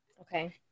Okay